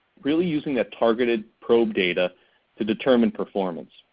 really using that targeted probe data to determine performance.